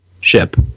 ship